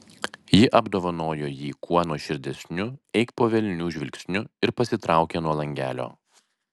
ji apdovanojo jį kuo nuoširdesniu eik po velnių žvilgsniu ir pasitraukė nuo langelio